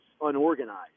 unorganized